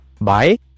Bye